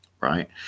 right